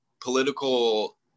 political